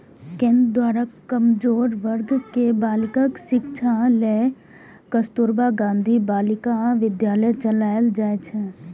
केंद्र द्वारा कमजोर वर्ग के बालिकाक शिक्षा लेल कस्तुरबा गांधी बालिका विद्यालय चलाएल जाइ छै